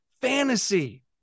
fantasy